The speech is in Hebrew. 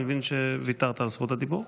אני מבין שוויתרת על זכות הדיבור?